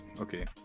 okay